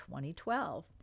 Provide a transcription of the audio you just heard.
2012